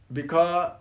because